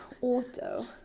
auto